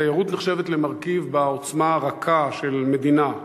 תיירות נחשבת למרכיב בעוצמה הרכה של מדינה.